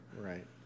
Right